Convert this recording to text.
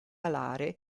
alare